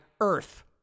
Earth